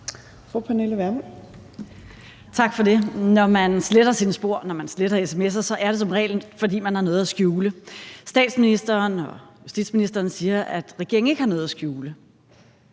når man sletter sms'er, er det som regel, fordi man har noget at skjule. Statsministeren og justitsministeren siger, at regeringen ikke har noget at skjule.